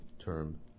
term